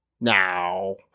Now